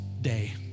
day